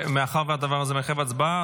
מאחר שהדבר הזה מחייב הצבעה,